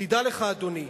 תדע לך, אדוני,